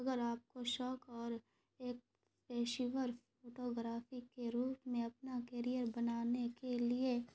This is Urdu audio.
اگر آپ کو شوق اور ایک پشاور فوٹوگرافی کے روپ میں اپنا کیریئر بنانے کے لیے